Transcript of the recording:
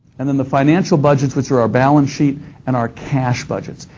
and then the financial budgets, which are our balance sheet and our cash budgets,